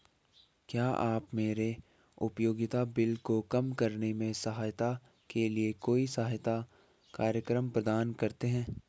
क्या आप मेरे उपयोगिता बिल को कम करने में सहायता के लिए कोई सहायता कार्यक्रम प्रदान करते हैं?